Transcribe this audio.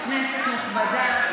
כנסת נכבדה,